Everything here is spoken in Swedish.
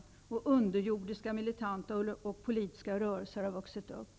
Dessutom har underjordiska militanta och politiska rörelser vuxit fram.